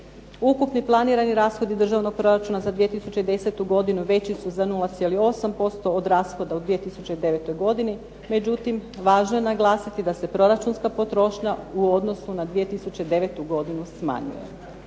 ukupni planirani rashodi državnog proračuna za 2010. godinu veći za 0,8% od rashoda u 2009. godini, međutim, važno je naglasiti da se proračunska potrošnja u odnosu na 2009. godinu smanjila.